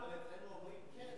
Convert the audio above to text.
אצלנו אומרים: כן,